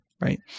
right